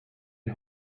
die